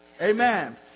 Amen